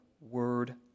word